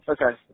Okay